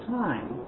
time